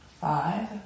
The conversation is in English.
Five